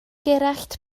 gerallt